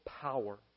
power